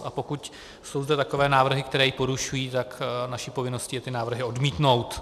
A pokud jsou zde takové návrhy, které ji porušují, tak naší povinností je ty návrhy odmítnout.